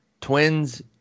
Twins